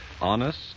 honest